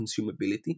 consumability